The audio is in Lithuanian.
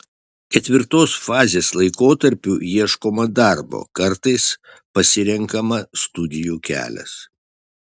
ketvirtos fazės laikotarpiu ieškoma darbo kartais pasirenkama studijų kelias